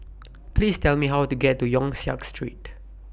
Please Tell Me How to get to Yong Siak Street